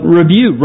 review